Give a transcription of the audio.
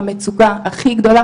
המצוקה הכי גדולה,